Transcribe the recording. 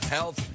Health